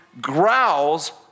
growls